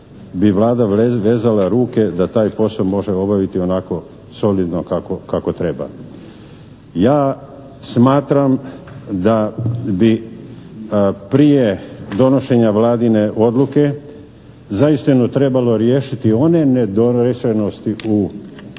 bi Vlada vezala ruke da taj posao može obaviti onako solidno kako treba. Ja smatram da bi prije donošenja Vladine odluke za istinu trebalo riješiti one nedorečenosti u Zakonu